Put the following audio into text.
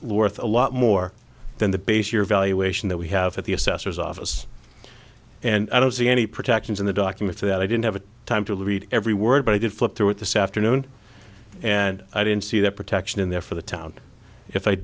of a lot more than the base your valuation that we have at the assessor's office and i don't see any protections in the documents that i didn't have time to read every word but i did flip through at the south after noon and i didn't see that protection in there for the town if i